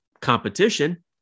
competition